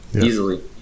easily